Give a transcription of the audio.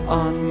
on